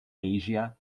asia